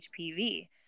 HPV